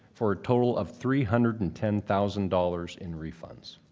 for a total of three hundred and ten thousand dollars in refunds.